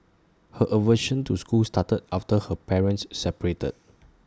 her aversion to school started after her parents separated